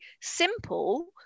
simple